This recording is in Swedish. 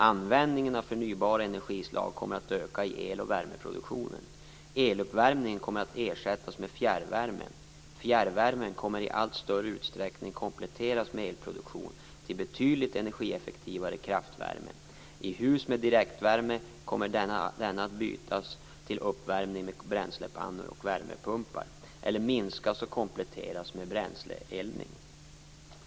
Användningen av förnybara energislag kommer att öka i el och värmeproduktionen. Eluppvärmning kommer att ersättas med fjärrvärme. Fjärrvärmen kommer att i allt större utsträckning kompletteras med elproduktion, till betydligt energieffektivare kraftvärme. I hus med direktelvärme kommer denna att bytas till uppvärmning med bränslepannor och värmepumpar, eller minskas och kompletteras med bränsleeldning.